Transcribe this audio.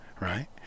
Right